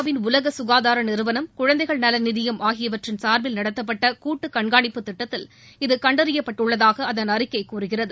win உலக ககாதார நிறுவனம் குழந்தைகள் நல நிதியம் ஆகியவற்றின் சார்பில் நடத்தப்பட்ட கூட்டு கண்காணிப்பு திட்டத்தில் இது கண்டறியப்பட்டுள்ளதாக அதன் அறிக்கை கூறுகிறது